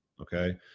okay